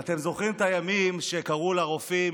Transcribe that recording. אתם זוכרים את הימים שבהם קראו לרופאים,